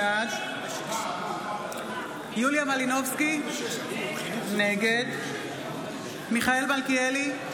בעד יוליה מלינובסקי, נגד מיכאל מלכיאלי,